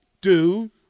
dude